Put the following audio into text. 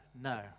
no